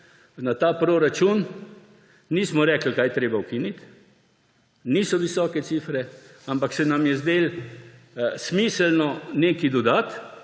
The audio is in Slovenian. na ta proračun. Nismo rekli, kaj je treba ukiniti, niso visoke cifre, ampak se nam je zdelo smiselno nekaj dodati.